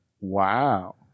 wow